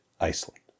Iceland